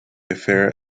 affair